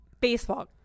baseball